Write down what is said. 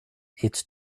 its